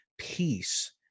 Peace